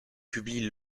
publie